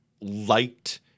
liked